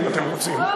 אם אתם רוצים.